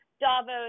Davos